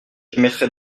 j’émettrai